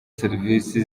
serivisi